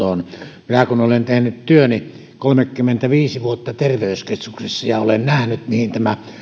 näkökulman tähän vanhustenhuoltoon minä olen tehnyt työni kolmekymmentäviisi vuotta terveyskeskuksessa ja olen nähnyt mihin tämä